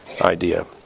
idea